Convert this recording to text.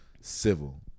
civil